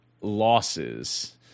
losses